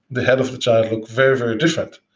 the head of the child look very, very different.